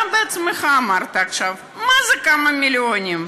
אתה בעצמך אמרת עכשיו: מה זה כמה מיליונים?